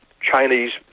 chinese